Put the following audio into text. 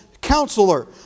counselor